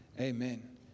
amen